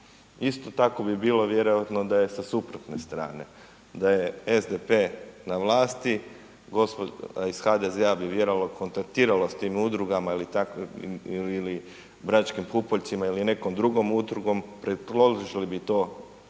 Isto tako bi bilo vjerojatno da je sa suprotne strane, da je SDP na vlasti, gospoda iz HDZ-a bi vjerojatno kontaktirala s tim udrugama ili Bračkim pupoljcima ili nekom drugom udrugom, predložili bi to